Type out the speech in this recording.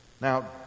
now